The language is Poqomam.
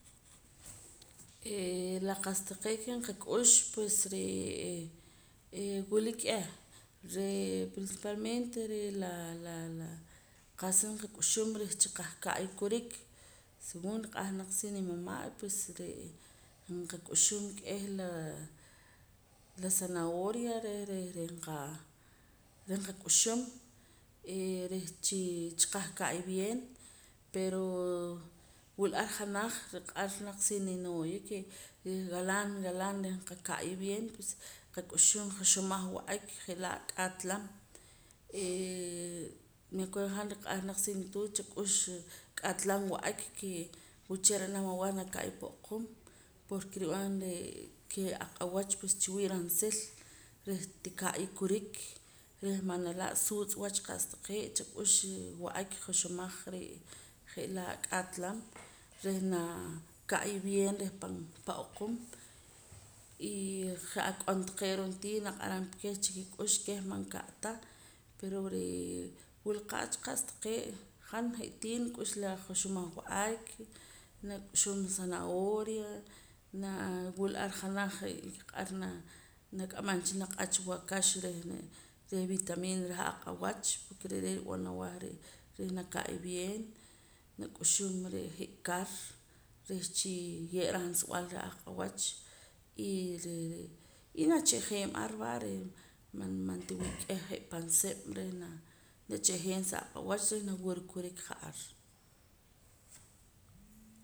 La qa'sa taqee' ke nqak'ux ree' wila k'eh re' principalmente re' laa la qa'sa nqak'uxum reh cha qahka'ya kurik según riq'ar naq si nimama' pues re'ee nqak'uxum k'eh laa la zanahoria reh reh nqa reh qak'uxum eh reh chi chiqahka'ya bien pero wula ar janaj riq'ar naq ar si ninooya ke reh walaan walaan reh nqaka'ya bien pues nqak'uxum joxomaj wa'ak je'laa k'aatlam hee me acuerdo han riq'ar naq si nituut chak'ux k'aatlam wa'ak ke wuche' ra'man awah naka'ya pan oqum porque rib'an re' ke aq'awach pues chiwii' ransil reh tika'ya kurik reh man nala' wach suutz' wach qa'sa taqee' chak'ux wa'ak joxomaj re' je'laa k'atlam reh naa ka'ya bien reh pan oqum y je' ak'on taqee' ron'tii naq'aram keh chikik'ux keh man ka'ta pero ree' wula qa'cha qa'sa taqee' han je'tii nik'ux la joxomaj wa'ak nak'uxum zanahoria naa wula ar janaj je' naq'ar nak'amam cha naq'ach waakax reh vitamina reh aq'awach porque re' re' nrib'an aweh re' reh naka'ya bien nak'uxum je' kar reh chiye' raansub'al reh aq'awach y reh re' y nacha'jeem ar va reh man mantiwii' k'eh je' pan sib' reh na nacha'jeem sa aq'awach reh nawura kurik ja'ar